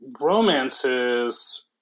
romances